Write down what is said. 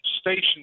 station